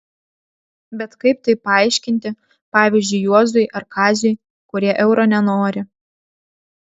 bet kaip tai paaiškinti pavyzdžiui juozui ar kaziui kurie euro nenori